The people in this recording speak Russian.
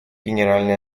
генеральной